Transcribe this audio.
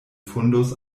fundus